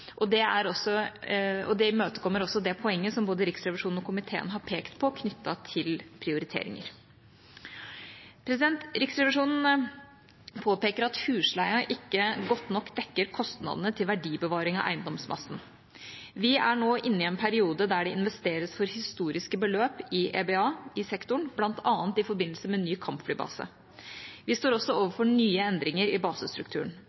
og det imøtekommer det poenget som både Riksrevisjonen og komiteen har pekt på knyttet til prioriteringer. Riksrevisjonen påpeker at husleie ikke godt nok dekker kostnadene til verdibevaring av eiendomsmassen. Vi er nå inne i en periode der det investeres for historiske beløp i EBA i sektoren, bl.a. i forbindelse med ny kampflybase. Vi står også overfor nye endringer i basestrukturen.